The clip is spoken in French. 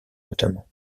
notamment